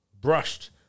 brushed